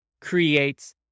creates